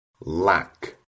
lack